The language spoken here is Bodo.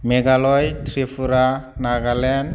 मेघालय त्रिपुरा नागालेण्ड